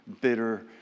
bitter